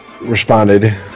responded